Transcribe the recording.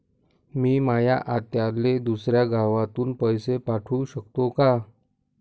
मी माया आत्याले दुसऱ्या गावातून पैसे पाठू शकतो का?